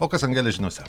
o kas angele žiniose